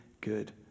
good